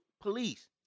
police